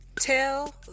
Tell